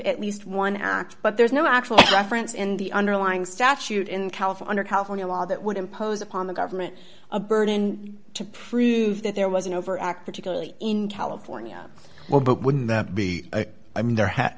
at least one act but there's no actual reference in the underlying statute in calif under california law that would impose upon the government a burden to prove that there was an overt act that usually in california well but wouldn't that be i mean there ha